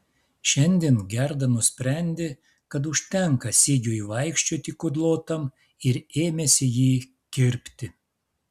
šiandien gerda nusprendė kad užtenka sigiui vaikščioti kudlotam ir ėmėsi jį kirpti